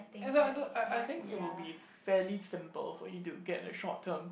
as in I don't I I think it will be fairly simple for you to get a short term